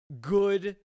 good